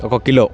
ఒక కిలో